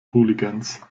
hooligans